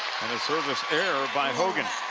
and a service error by hogan.